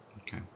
Okay